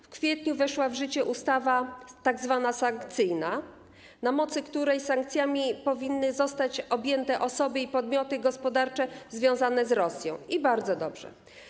W kwietniu weszła w życie ustawa tzw. sankcyjna, na mocy której sankcjami powinny zostać objęte osoby i podmioty gospodarcze związane z Rosją, i bardzo dobrze.